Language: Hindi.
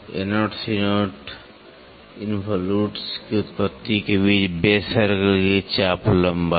AC इनवॉल्यूटस की उत्पत्ति के बीच बेस सर्कल की चाप लंबाई